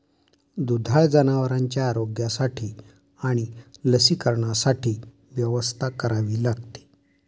दुधाळ जनावरांच्या आरोग्यासाठी आणि लसीकरणासाठी व्यवस्था करावी लागते